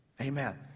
Amen